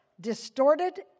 distorted